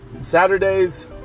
Saturdays